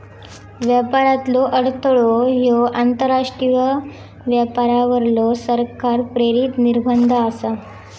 व्यापारातलो अडथळो ह्यो आंतरराष्ट्रीय व्यापारावरलो सरकार प्रेरित निर्बंध आसा